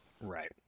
Right